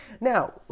now